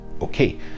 Okay